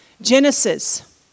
Genesis